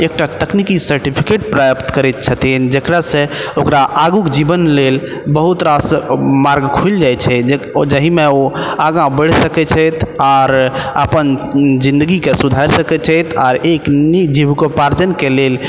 एक टा तकनीकी सर्टिफिकेट प्राप्त करै छथिन जकरा से ओकरा आगुके जीवन लेल बहुत रास मार्ग खुलि जाइ छै जे ओ जहिमे ओ आगाँ बढ़ि सकै छथि आर अपन जिन्दगीके सुधारि सकैत छथि आर एक नीक जीविकोपार्जनके लेल